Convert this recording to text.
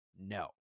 No